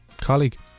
Colleague